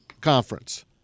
conference